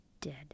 dead